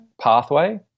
pathway